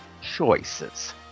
choices